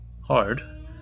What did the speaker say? Hard